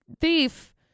thief